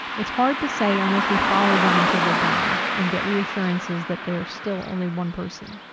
it's hard to say unless we follow them until they die and get reassurances that they are still only one person.